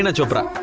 and chopra